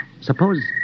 suppose